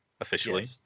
Officially